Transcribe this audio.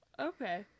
okay